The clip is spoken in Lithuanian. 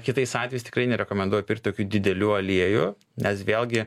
kitais atvejais tikrai nerekomenduoju pirkti tokių didelių aliejų nes vėlgi